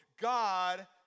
God